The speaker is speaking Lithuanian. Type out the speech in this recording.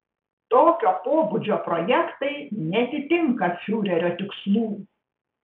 tokio pobūdžio projektai neatitinka fiurerio tikslų